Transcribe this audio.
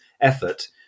effort